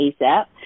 ASAP